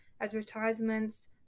advertisements